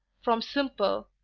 from simple,